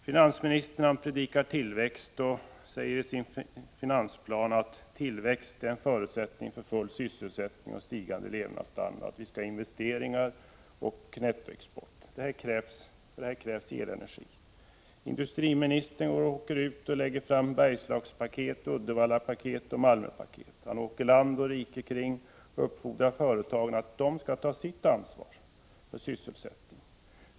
Finansministern predikar tillväxt och säger i sin finansplan att tillväxt är en förutsättning för full sysselsättning och stigande levnadsstandard, och han vill ha investeringar och nettoexport. För detta krävs elenergi. Industriministern åker ut och lägger fram Bergslagspaket, Uddevallapaket och Malmöpaket. Han åker land och rike kring och uppfordrar företagarna att ta sitt ansvar för sysselsättningen.